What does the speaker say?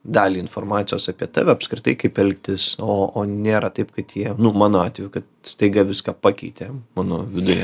dalį informacijos apie tave apskritai kaip elgtis o o nėra taip kad jie nu mano atveju kad staiga viską pakeitė mano viduje